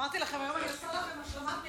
אמרתי לכם, היום אני עושה לכם השלמת מידע.